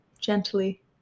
gently